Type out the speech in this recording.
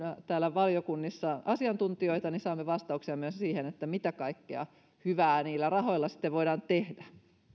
täällä valiokunnissa asiantuntijoita saamme vastauksia myös siihen mitä kaikkea hyvää niillä rahoilla sitten voidaan tehdä